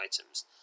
items